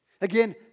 Again